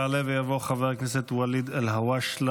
יעלה ויבוא חבר הכנסת ואליד אלהואשלה,